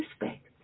respect